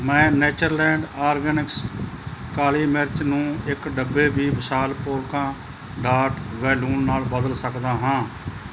ਮੈਂ Natureland Organics ਕਾਲੀ ਮਿਰਚ ਨੂੰ ਇੱਕ ਡੱਬੇ ਬੀ ਵਿਸ਼ਾਲ ਪੋਲਕਾਂ ਡਾਟ ਬੈਲੂਨ ਨਾਲ ਬਦਲ ਸਕਦਾ ਹਾਂ